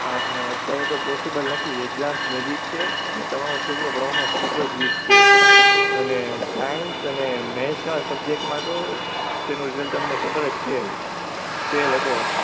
હા અત્યારે તો પોસિબલ નથી એક્જામસ નજીક છે અને તમારો છોકરો ભણવામાં ખૂબ જ વીક છે અને સાઇન્સ અને બે ચાર સબ્જેક્ટમાં તો તેનું રિજલ્ટ અમને ખબર છે ફેલ હતો